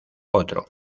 otro